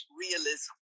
realism